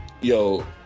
yo